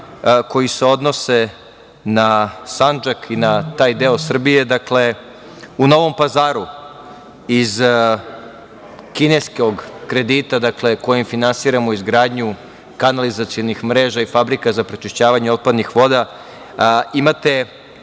koji se odnose na Sandžak i na taj deo Srbije. U Novom Pazaru iz kineskog kredita kojim finansiramo izgradnju kanalizacionih mreža i fabrika za prečišćavanje otpadnih voda, imate